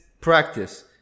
practice